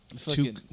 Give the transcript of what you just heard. two